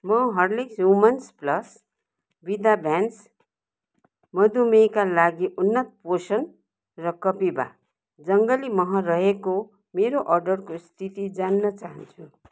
म Horlicks women's plus भिदाभ्यान्स मधुमेहका लागि उन्नत पोषण र कपिभा जङ्गली मह रहेको मेरो अर्डरको स्थिति जान्न चाहन्छु